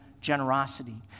generosity